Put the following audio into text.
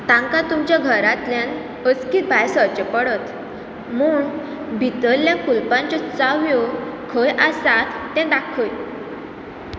तांकां तुमच्या घरातल्यान अचकीत भायर सरचें पडत म्हूण भितरल्या कुलपांच्यो चावयो खंय आसात तें दाखय